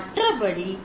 மற்றபடி 0